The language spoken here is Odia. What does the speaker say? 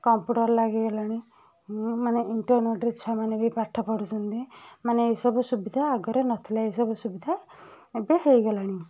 କମ୍ପୁଟର ଲାଗିଗଲାଣି ମାନେ ଇଣ୍ଟରନେଟରେ ଛୁଆମାନେ ବି ପାଠ ପଢ଼ୁଛନ୍ତି ମାନେ ଏସବୁ ସୁବିଧା ଆଗରେ ନଥିଲା ଏସବୁ ସୁବିଧା ଏବେ ହେଇଗଲାଣି